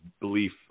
belief